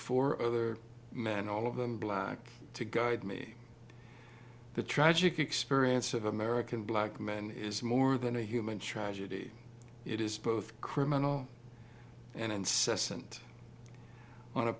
four other men all of them black to guide me the tragic experience of american black men is more than a human tragedy it is both criminal and incessant on